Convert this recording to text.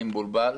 ארבל.